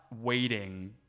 waiting